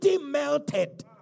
melted